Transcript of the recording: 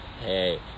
Hey